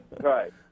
Right